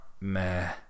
meh